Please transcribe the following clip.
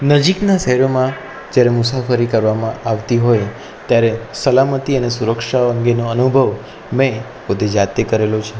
નજીકના શહેરોમાં જ્યારે મુસાફરી કરવામાં આવતી હોય ત્યારે સલામતી અને સુરક્ષા અંગેનો અનુભવ મેં પોતે જાતે કરેલો છે